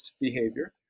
behavior